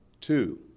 Two